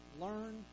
learn